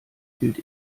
gilt